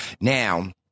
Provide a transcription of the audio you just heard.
Now